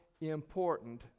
important